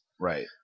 Right